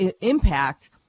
impact